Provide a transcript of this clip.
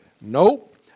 Nope